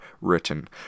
written